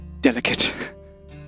delicate